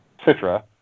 citra